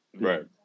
Right